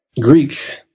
Greek